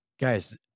Guys